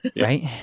right